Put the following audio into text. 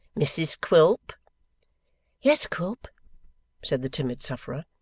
mrs quilp yes, quilp said the timid sufferer.